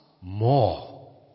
more